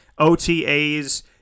OTAs